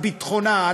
על ביטחונה,